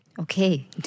Okay